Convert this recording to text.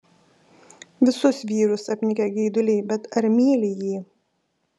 visus vyrus apnikę geiduliai bet ar myli jį